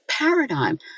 paradigm